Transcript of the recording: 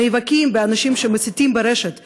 נאבקים באנשים שמסיתים ברשת לאלימות,